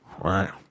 right